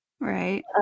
right